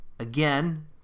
Again